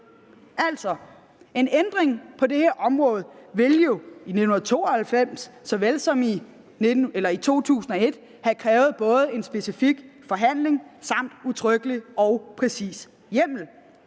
Altså, en ændring på det her område ville jo i 1992 såvel som i 2001 have krævet både en specifik forhandling samt en udtrykkelig og præcis hjemmel.